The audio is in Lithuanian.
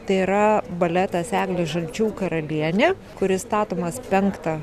tai yra baletas eglė žalčių karalienė kuris statomas penktą